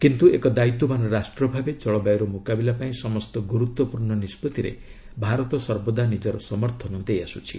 କିନ୍ତୁ ଏକ ଦାୟିତ୍ୱବାନ ରାଷ୍ଟ୍ରଭାବେ ଜଳବାୟୁର ମୁକାବିଲା ପାଇଁ ସମସ୍ତ ଗୁରୁତ୍ୱପୂର୍ଣ୍ଣ ନିଷ୍ପଭିରେ ଭାରତ ସର୍ବଦା ନିଜର ସମର୍ଥନ ଦେଇଆସୁଛି